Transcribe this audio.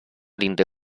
dintre